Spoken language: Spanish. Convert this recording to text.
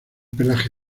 pelaje